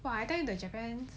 !wah! I tell you the japan